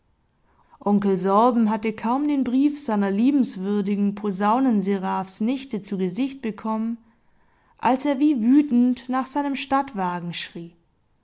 anzetteln onkel sorben hatte kaum den brief seiner liebenswürdigen posaunen seraphs nichte zu gesicht bekommen als er wie wütend nach seinem stadtwagen schrie